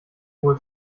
wohl